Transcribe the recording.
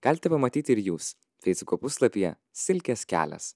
galite pamatyti ir jūs feisbuko puslapyje silkės kelias